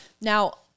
now